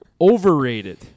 overrated